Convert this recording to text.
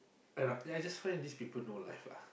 I ra~ I just find these people no life lah